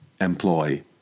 employ